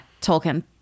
Tolkien